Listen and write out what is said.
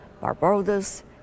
Barbados